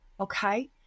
okay